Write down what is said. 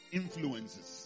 influences